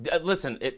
Listen